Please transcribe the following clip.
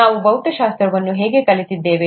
ನಾವು ಭೌತಶಾಸ್ತ್ರವನ್ನು ಹೇಗೆ ಕಲಿತಿದ್ದೇವೆ